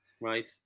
Right